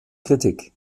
kritik